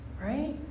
right